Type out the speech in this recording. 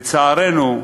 לצערנו,